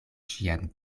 ŝiajn